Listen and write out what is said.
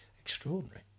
extraordinary